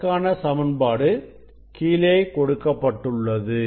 அதற்கான சமன்பாடு கீழே கொடுக்கப்பட்டுள்ளது